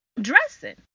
dressing